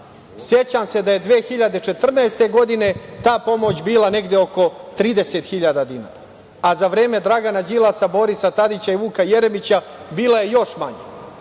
Sećam se da je 2014. godine ta pomoć bila negde oko 30.000 dinara, a za vreme Dragana Đilasa, Borisa Tadića i Vuka Jeremića bila je još